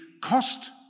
cost